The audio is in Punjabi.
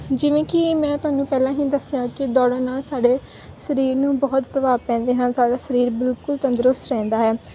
ਜਿਵੇਂ ਕਿ ਇਹ ਮੈਂ ਤੁਹਾਨੂੰ ਪਹਿਲਾਂ ਹੀ ਦੱਸਿਆ ਕਿ ਦੌੜਨ ਨਾਲ ਸਾਡੇ ਸਰੀਰ ਨੂੰ ਬਹੁਤ ਪ੍ਰਭਾਵ ਪੈਂਦੇ ਹਨ ਸਾਡਾ ਸਰੀਰ ਬਿਲਕੁਲ ਤੰਦਰੁਸਤ ਰਹਿੰਦਾ ਹੈ